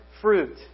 fruit